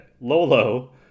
Lolo